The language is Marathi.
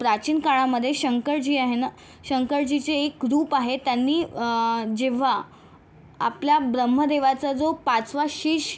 प्राचीन काळामध्ये शंकरजी आहे नं शंकरजीचे एक रूप आहे त्यांनी जेव्हा आपल्या ब्रह्म देवाचा जो पाचवा शीष